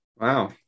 Wow